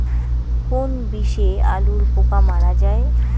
কোন বিষে আলুর পোকা মারা যায়?